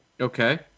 Okay